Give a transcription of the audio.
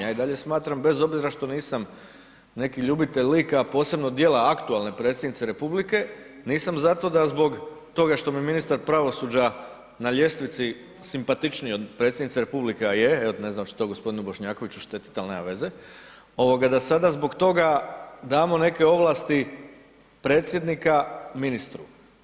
Ja i dalje smatram bez obzira što nisam neki ljubitelj lika, a posebno djela aktualne predsjednice Republike, nisam zato da zbog toga što me ministar pravosuđa na ljestvici simpatičniji od predsjednice Republike, a je, ne znam hoće to gospodinu Bošnjakoviću štetiti, ali nema veze, da sada zbog toga damo neke ovlasti predsjednika ministru.